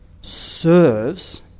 serves